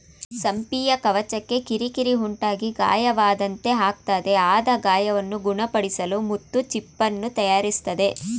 ಸಿಂಪಿಯ ಕವಚಕ್ಕೆ ಕಿರಿಕಿರಿ ಉಂಟಾಗಿ ಗಾಯವಾದಂತೆ ಆಗ್ತದೆ ಆದ ಗಾಯವನ್ನು ಗುಣಪಡಿಸಲು ಮುತ್ತು ಚಿಪ್ಪನ್ನು ತಯಾರಿಸ್ತದೆ